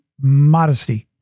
modesty